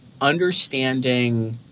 understanding